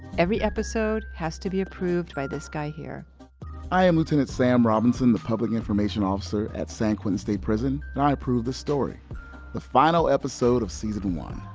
every episode has to be approved by this guy here i am lieutenant sam robinson, the public information officer at san quentin state prison, and i approve this story the final episode of season one.